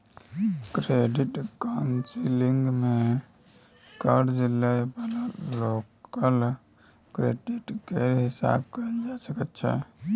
credit counselling मे कर्जा लइ बला लोकक क्रेडिट केर हिसाब कएल जाइ छै